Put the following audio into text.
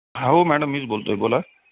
हा हो मॅडम मीच बोलतो आहे बोला